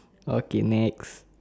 okay next